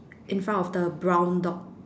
in front of the brown dog